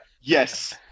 yes